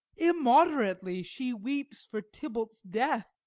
immoderately she weeps for tybalt's death,